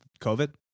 COVID